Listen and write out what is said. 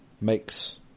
makes